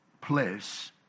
place